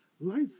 life